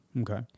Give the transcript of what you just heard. Okay